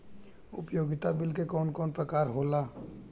उपयोगिता बिल के कवन कवन प्रकार होला?